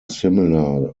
similar